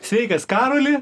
sveikas karoli